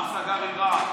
ברע"מ, הוא סגר עם רע"מ.